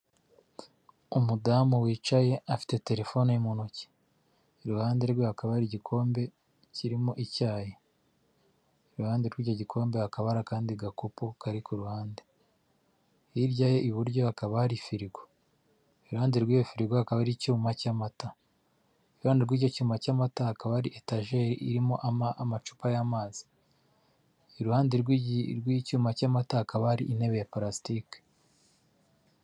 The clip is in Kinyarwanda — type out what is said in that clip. Umudamu wicaye afite terefone mu ntoki, iruhande rwe hakaba hari igikombe kirimo icyayi, iruhande rw'icyo gikombe hakaba hari akandi gakopo kari ku ruhande, hirya ye iburyo hakaba hari firigo, iruhande rw'iyo firigo hakaba hari icyuma cy'amata, iruhande rw'icyo cyuma cy'amata hakaba hari etajeri irimo amacupa y'amazi, iruhande rw'icyuma cy'amata hakaba hari intebe ya parasitike.